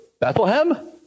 Bethlehem